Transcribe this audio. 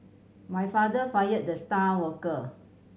my father fired the star worker